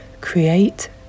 create